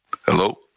Hello